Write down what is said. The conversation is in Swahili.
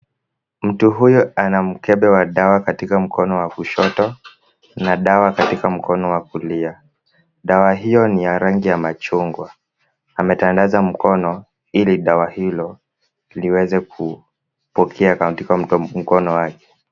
Mtu huyu ana mkebe wa dawa katika mkono wa kushoto na dawa katika mkono wa kulia. Dawa hiyo ni ya rangi ya machungwa. Ametandaza mkono ili dawa hilo liweze kupokea katika mkono wake.